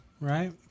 right